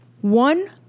One